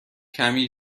کمی